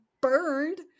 burned